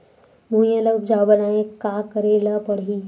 भुइयां ल उपजाऊ बनाये का करे ल पड़ही?